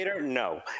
No